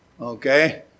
Okay